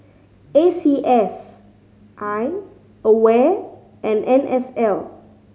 A C S I AWARE and N S L